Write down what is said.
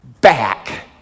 back